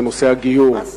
זה נושא הגיור.